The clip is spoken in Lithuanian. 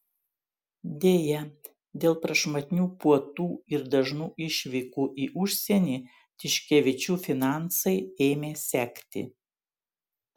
deja dėl prašmatnių puotų ir dažnų išvykų į užsienį tiškevičių finansai ėmė sekti